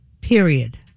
Period